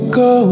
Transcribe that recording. go